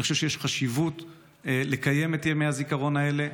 אני חושב שיש חשיבות לקיים את ימי הזיכרון האלה,